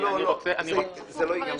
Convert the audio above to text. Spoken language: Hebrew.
זה לא ייגמר.